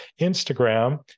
Instagram